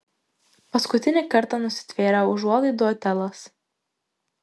paskutinį kartą nusitvėrė užuolaidų otelas